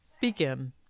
begin